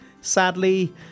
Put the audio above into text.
Sadly